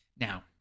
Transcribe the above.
Now